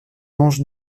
ange